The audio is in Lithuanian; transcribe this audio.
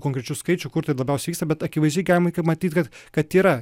konkrečių skaičių kur tai labiausiai vyksta bet akivaizdžiai galima matyt kad kad yra